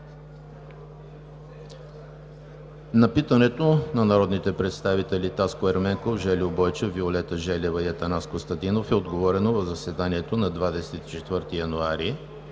На питането на народните представители Таско Ерменков, Жельo Бойчев, Виолета Желева и Атанас Костадинов е отговорено в заседанието на 24 януари